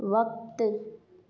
वक़्तु